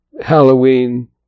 Halloween